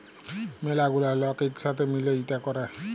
ম্যালা গুলা লক ইক সাথে মিলে ইটা ক্যরে